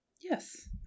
Yes